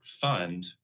fund